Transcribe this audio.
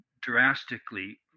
drastically